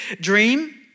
dream